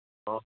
oh